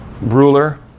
ruler